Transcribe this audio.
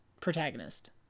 protagonist